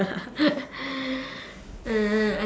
uh